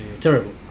terrible